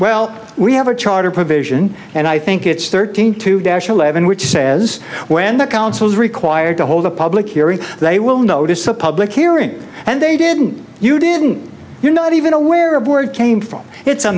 well we have a charter provision and i think it's thirteen to dash eleven which says when the council is required to hold a public hearing they will notice a public hearing and they didn't you didn't you're not even aware of where it came from it's a